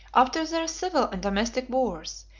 after their civil and domestic wars,